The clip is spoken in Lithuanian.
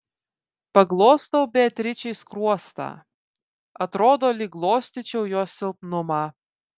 paglostau beatričei skruostą atrodo lyg glostyčiau jos silpnumą